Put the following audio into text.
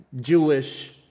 Jewish